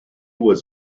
was